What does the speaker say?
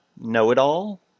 Know-It-All